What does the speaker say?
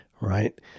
right